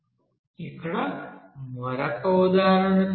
ఇక్కడ మరొక ఉదాహరణ చేద్దాం